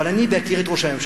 אבל בהכירי את ראש הממשלה,